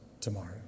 tomorrow